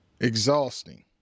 exhausting